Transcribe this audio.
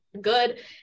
good